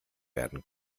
werden